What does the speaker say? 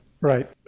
Right